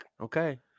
Okay